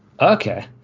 Okay